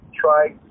try